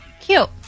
Cute